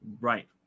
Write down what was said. right